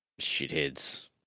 shitheads